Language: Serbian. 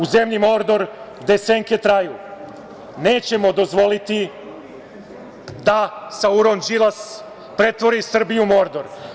U zemlji Mordor gde senke traju nećemo dozvoliti da Sauron Đilas pretvori Srbiju u Mordor.